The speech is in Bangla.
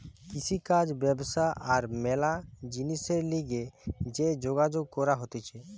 কৃষিকাজ ব্যবসা আর ম্যালা জিনিসের লিগে যে যোগাযোগ করা হতিছে